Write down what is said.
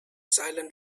silent